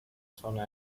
sona